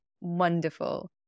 wonderful